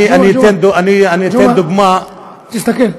ג'מעה, תסתכל.